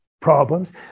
problems